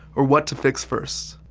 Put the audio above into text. or what to fix first.